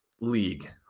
league